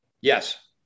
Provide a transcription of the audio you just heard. Yes